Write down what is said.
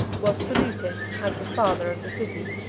was saluted as the father of the city.